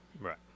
Right